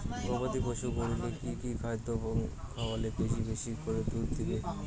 গবাদি পশু গরুকে কী কী খাদ্য খাওয়ালে বেশী বেশী করে দুধ দিবে?